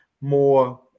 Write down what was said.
more